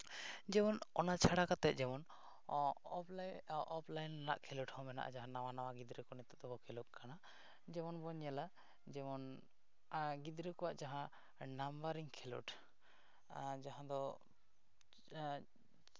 ᱡᱮᱢᱚᱱ ᱚᱱᱟ ᱪᱷᱟᱲᱟ ᱠᱟᱛᱮ ᱡᱮᱢᱚᱱ ᱚᱯᱷᱞᱟᱭᱤᱱ ᱚᱯᱷᱞᱟᱭᱤᱱ ᱨᱮᱱᱟᱜ ᱠᱷᱮᱞᱳᱰ ᱦᱚᱸ ᱢᱮᱱᱟᱜᱼᱟ ᱡᱟᱦᱟᱸ ᱱᱟᱣᱟ ᱱᱟᱣᱟ ᱜᱤᱫᱽᱨᱟᱹ ᱠᱚ ᱱᱤᱛᱚᱜ ᱫᱚᱠᱚ ᱠᱷᱮᱞᱳᱰ ᱫᱚ ᱡᱮᱢᱚᱱ ᱵᱚᱱ ᱧᱮᱞᱟ ᱡᱮᱢᱚᱱ ᱜᱤᱫᱽᱨᱟᱹ ᱠᱚᱣᱟᱜ ᱡᱟᱦᱟᱸ ᱱᱟᱢᱵᱟᱨᱤᱧ ᱠᱷᱮᱞᱳᱰ ᱟᱨ ᱡᱟᱦᱟᱸ ᱫᱚ